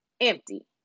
empty